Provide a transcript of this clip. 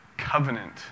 Covenant